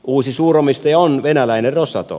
uusi suuromistaja on venäläinen rosatom